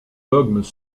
dogmes